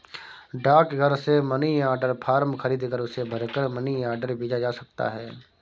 डाकघर से money order form खरीदकर उसे भरकर मनी ऑर्डर भेजा जा सकता है